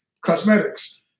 Cosmetics